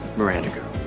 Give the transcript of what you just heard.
miranda girl.